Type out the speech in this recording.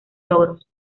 logros